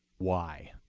why?